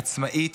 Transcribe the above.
עצמאית,